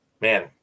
Man